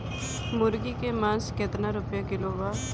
मुर्गी के मांस केतना रुपया किलो बा?